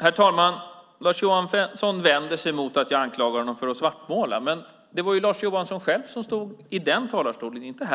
Herr talman! Lars Johansson vänder sig mot att jag anklagar honom för svartmåla. Det var Lars Johansson själv som stod i talarstolen bredvid mig, inte i